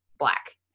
black